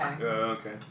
Okay